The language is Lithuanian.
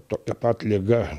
tokia pat liga